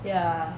ya